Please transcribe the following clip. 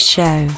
Show